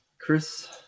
Chris